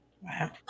Wow